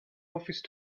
office